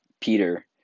peter